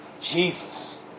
Jesus